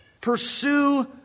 Pursue